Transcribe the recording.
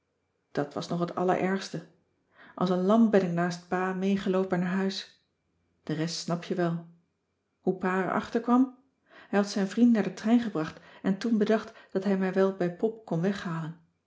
dat was nog het allerergste als een lam ben ik naast pa meegeloopen naar huis de rest snap je wel hoe pa er achterkwam hij had zijn vriend naar den trein gebracht en toen bedacht dat hij mij wel bij pop kon weghalen